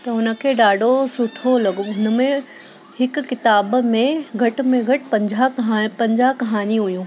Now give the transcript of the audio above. त हुन खे ॾाढो सुठो लॻो हुन में हिकु किताब में घटि में घटि पंजाहु कहा पंजाहु कहानी हुयूं